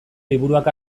liburuak